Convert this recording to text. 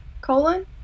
colon